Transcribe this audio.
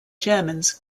germans